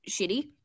shitty